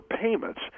payments